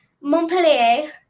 Montpellier